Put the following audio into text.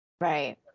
right